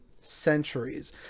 centuries